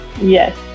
Yes